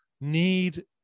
need